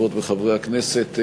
חברות וחברי הכנסת,